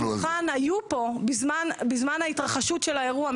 שאולי חלק מהיושבים בשולחן היו פה בזמן ההתרחשות של האירוע,